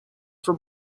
for